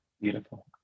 beautiful